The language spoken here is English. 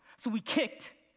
so we kicked.